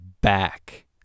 back